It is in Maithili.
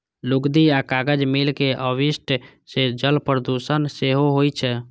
लुगदी आ कागज मिल के अवशिष्ट सं जल प्रदूषण सेहो होइ छै